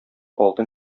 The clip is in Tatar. алтын